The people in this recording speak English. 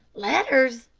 letters?